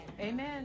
Amen